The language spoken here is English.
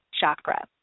chakra